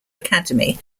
academy